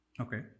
Okay